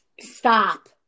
Stop